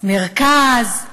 מרכז,